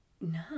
No